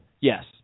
Yes